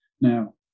Now